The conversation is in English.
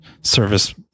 service